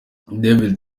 david